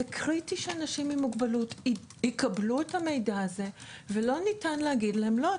זה קריטי שאנשים עם מוגבלות יקבלו את המידע הזה ולא ניתן להגיד להם לא,